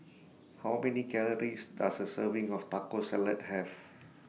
How Many Calories Does A Serving of Taco Salad Have